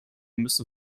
müssen